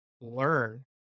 learn